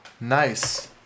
nice